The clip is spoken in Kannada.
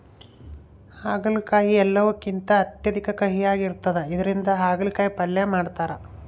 ಆಗಲಕಾಯಿ ಎಲ್ಲವುಕಿಂತ ಅತ್ಯಧಿಕ ಕಹಿಯಾಗಿರ್ತದ ಇದರಿಂದ ಅಗಲಕಾಯಿ ಪಲ್ಯ ಮಾಡತಾರ